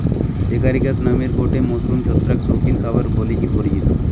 Agaricus নামের গটে mushroom ছত্রাক শৌখিন খাবার বলিকি পরিচিত